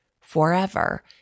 forever